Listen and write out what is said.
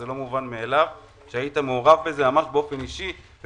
זה לא מובן מאליו שהיית מעורב בזה באופן אישי.